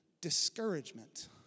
Discouragement